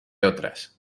otras